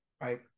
right